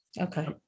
Okay